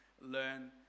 learn